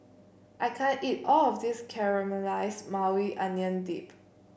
I can't eat all of this Caramelized Maui Onion Dip